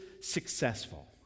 successful